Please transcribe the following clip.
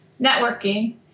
networking